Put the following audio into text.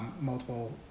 multiple